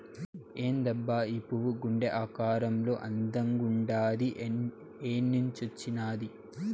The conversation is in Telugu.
ఏందబ్బా ఈ పువ్వు గుండె ఆకారంలో అందంగుండాది ఏన్నించొచ్చినాది